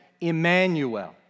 Emmanuel